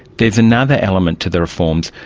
there is another element to the reforms.